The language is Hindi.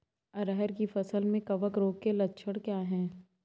अरहर की फसल में कवक रोग के लक्षण क्या है?